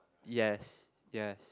yes yes